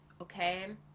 okay